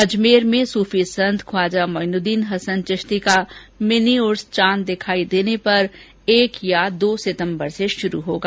अजमेर में सूफी संत ख्वाजा मोईनुद्दीन हसन चिश्ती का मिनी उर्स चांद दिखाई देने पर एक या दो सितंबर से शुरू होगा